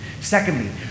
Secondly